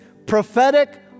Prophetic